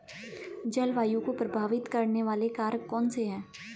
जलवायु को प्रभावित करने वाले कारक कौनसे हैं?